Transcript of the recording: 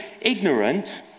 ignorant